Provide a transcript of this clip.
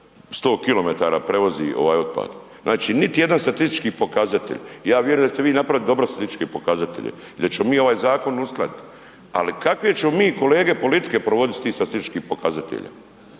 100 km prevozi otpad. Znači niti jedan statistički pokazatelj, ja vjerujem da ćete vi napraviti dobro statističke pokazatelje gdje ćemo mi ovaj zakon uskladiti, ali kakve ćemo mi, kolege, politike provoditi s tim statističkim pokazateljima?